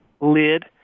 Lid